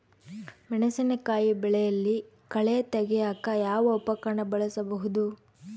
ಮೆಣಸಿನಕಾಯಿ ಬೆಳೆಯಲ್ಲಿ ಕಳೆ ತೆಗಿಯಾಕ ಯಾವ ಉಪಕರಣ ಬಳಸಬಹುದು?